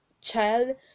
child